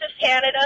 Canada